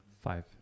Five